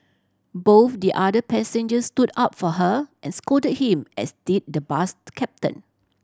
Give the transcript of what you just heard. both the other passengers stood up for her and scolded him as did the bus captain